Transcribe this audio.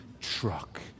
truck